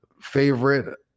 favorite